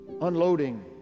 unloading